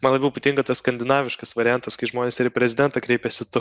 man labiau patinka tas skandinaviškas variantas kai žmonės ir į prezidentą kreipiasi tu